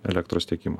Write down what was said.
elektros tiekimo